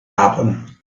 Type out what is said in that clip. happen